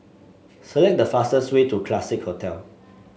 select the fastest way to Classique Hotel